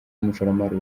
n’umushoramari